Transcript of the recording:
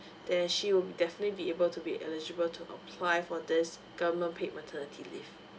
then she will definitely be able to be eligible to apply for this government paid maternity leave